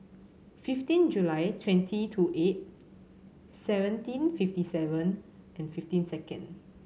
fifteen July twenty two eight seventeen fifty seven and fifteen second